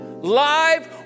live